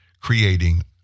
creating